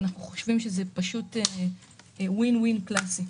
אנחנו חשובים שזה פשוט Win-Win קלאסי.